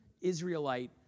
Israelite